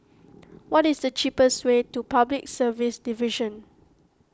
what is the cheapest way to Public Service Division